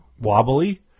wobbly